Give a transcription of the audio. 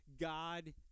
God